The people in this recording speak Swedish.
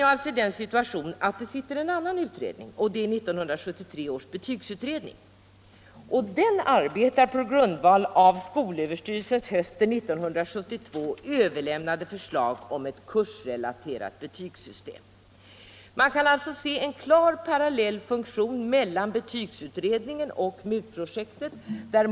Nu är vi i den situationen att det sitter en annan utredning — 1973 års betygsutredning — som arbetar på grundval av skolöverstyrelsens hösten 1972 överlämnade förslag om ett kursrelaterat betygssystem. Man kan alltså se en klart parallell funktion mellan betygsutredningen och MUT-projektet.